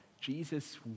Jesus